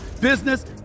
business